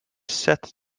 set